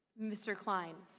mr. klein.